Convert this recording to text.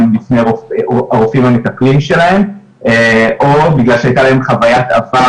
בפני הרופאים המטפלים שלהם או בגלל שהייתה להם חוויית עבר